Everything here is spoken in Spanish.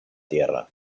tierra